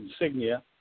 insignia